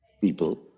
people